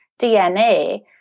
DNA